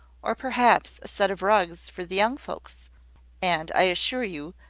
or perhaps a set of rugs, for the young folks and i assure you,